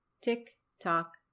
tick-tock